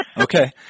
Okay